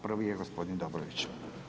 Prvi je gospodin Dobrović.